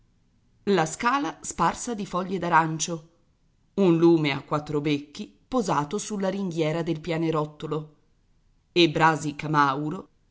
la scala sparsa di foglie d'arancio un lume a quattro becchi posato sulla ringhiera del pianerottolo e brasi camauro